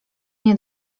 nie